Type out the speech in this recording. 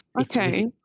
okay